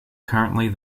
currently